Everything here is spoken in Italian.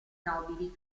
nobili